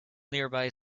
nearby